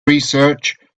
research